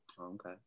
Okay